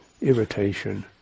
irritation